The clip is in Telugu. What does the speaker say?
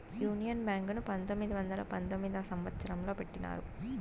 యూనియన్ బ్యాంక్ ను పంతొమ్మిది వందల పంతొమ్మిదవ సంవచ్చరంలో పెట్టినారు